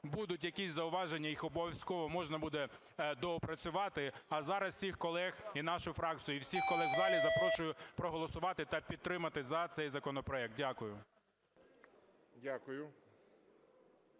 будуть якісь зауваження, їх обов'язково можна буде доопрацювати. А зараз всіх колег, і нашу фракцію, і всіх колег в залі, запрошую проголосувати та підтримати за цей законопроект. Дякую.